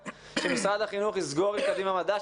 משרד החינוך יסגור עם קדימה מדע,